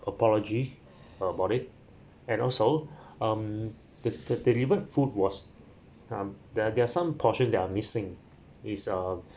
apology about it and also um the the delivered food was um there are there are some portion are missing it's uh